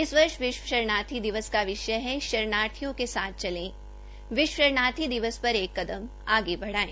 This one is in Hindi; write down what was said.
इस वर्ष विश्व शरणार्थी दिवस का विषय है शरणार्थियों के साथ चले विश्व शरणार्थी दिवस पर एक कदम बढ़ाये